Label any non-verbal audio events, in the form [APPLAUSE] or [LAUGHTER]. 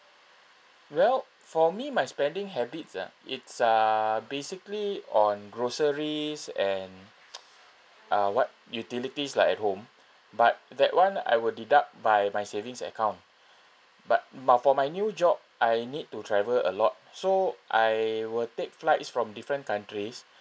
well for me my spending habits ah it's uh basically on groceries and [NOISE] uh what utilities lah at home but that one I will deduct by my savings account but but for my new job I need to travel a lot so I will take flights from different countries